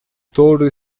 touro